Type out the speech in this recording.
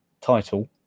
title